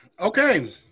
Okay